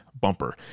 bumper